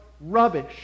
rubbish